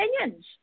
opinions